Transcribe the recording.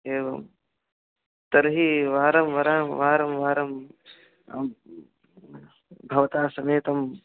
एवं तर्हि वारं वरां वारं वारं भवतां समेतम्